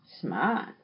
Smart